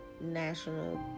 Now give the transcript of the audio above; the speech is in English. national